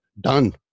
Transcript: done